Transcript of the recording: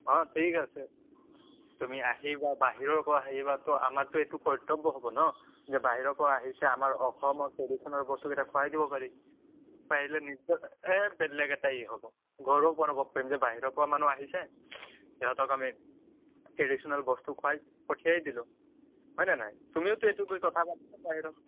অঁ ঠিক আছে তুমি আহিবা বাহিৰৰপৰা আহিবা ত' আমাৰতো এইটো কৰ্তব্য হ'ব ন যে বাহিৰৰপৰা আহিছা আমাৰ অসমৰ ট্ৰেডিচ'নেল বস্তুকেইটা খুৱাই দিব পাৰি খুৱাই দিলে নেক্সটবাৰ বেলেগ এটাই হ'ব গৌৰৱ অনুভৱ কৰিম যে বাহিৰৰপৰা মানুহ আহিছে সিহঁতক আমি ট্ৰেডিচনেল বস্তু খুৱাই পঠিয়াই দিলোঁ হয়নে নাই তুমিওতো এইটো গৈ কথা পাতিবা বাহিৰত